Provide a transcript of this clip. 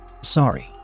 Sorry